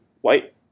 White